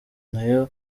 nayo